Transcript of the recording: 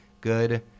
Good